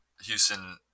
Houston